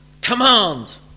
command